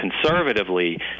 conservatively